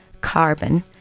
carbon